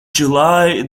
july